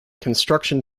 construction